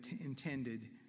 intended